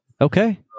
Okay